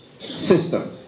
system